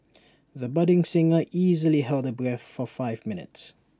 the budding singer easily held her breath for five minutes